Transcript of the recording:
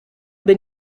bin